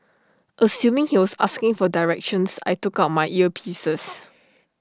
assuming he was asking for directions I took out my earpieces